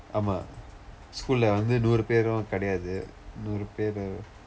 ஆமாம்:aamaam school இல்ல வந்து நூறு பெரும் கிடையாது நூறு பெரு:illa vandthu nuuru peerum kidaiyaathu nuuru peer